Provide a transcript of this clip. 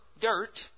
dirt